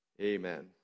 Amen